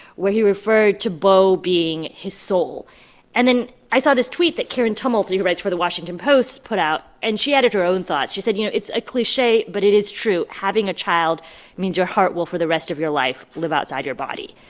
where he referred to beau being his soul and then i saw this tweet that karen tumulty, who writes for the washington post, put out, and she added her own thoughts. she said, you know, it's a cliche, but it is true. having a child means your heart will, for the rest of your life, live outside your body.